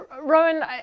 Rowan